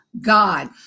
God